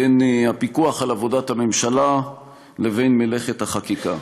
בין הפיקוח על עבודת הממשלה לבין מלאכת החקיקה,